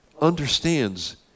understands